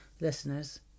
listeners